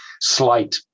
slight